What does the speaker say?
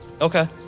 Okay